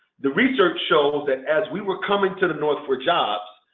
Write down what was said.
the research shows that as we were coming to the north for jobs,